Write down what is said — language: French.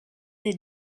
des